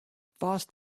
fast